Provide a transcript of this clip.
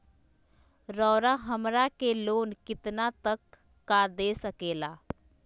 रउरा हमरा के लोन कितना तक का दे सकेला?